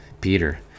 Peter